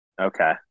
Okay